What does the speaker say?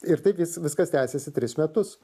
ir taip vis viskas tęsėsi tris metus